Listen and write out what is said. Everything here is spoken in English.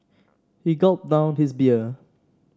he gulped down his beer